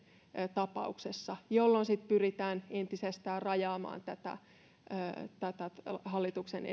tapauksessa jolloin sitten pyritään entisestään rajaamaan henkilöitä joita hallituksen